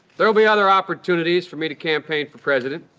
there'll be other opportunities for me to campaign for president,